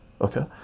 Okay